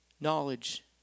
knowledge